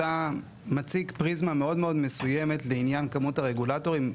אתה מציג פריזמה מאוד מסוימת לעניין כמות הרגולטורים,